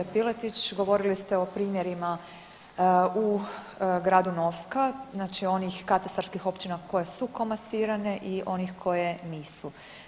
Zastupniče Piletić govorili ste o primjerima u gradu Novska, znači onih katastarskih općina koje su komasirane i onih koje nisu.